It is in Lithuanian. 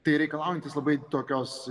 tai reikalaujantis labai tokios